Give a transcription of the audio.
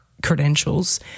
credentials